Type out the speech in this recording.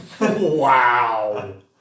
wow